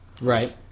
Right